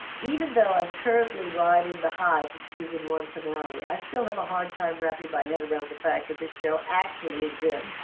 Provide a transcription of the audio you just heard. even though i'm currently riding the high from season one finale i still have a hard time wrapping my head around the fact that this show actually exists